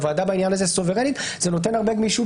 הוועדה בעניין הזה סוברנית וזה נותן הרבה גמישות